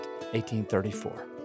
1834